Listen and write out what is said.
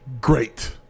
Great